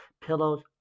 pillows